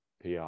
pr